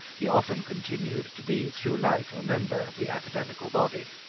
he often continued to be through life a member of the academical body,